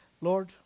Lord